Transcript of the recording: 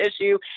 issue